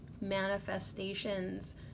manifestations